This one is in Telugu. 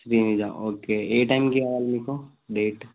శ్రీనిజ ఓకే ఏ టైంకి కావాలి మీకు డేట్